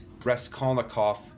Raskolnikov